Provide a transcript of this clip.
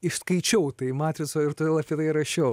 išskaičiau tai matricoj ir todėl atvirai rašiau